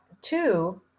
two